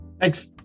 Thanks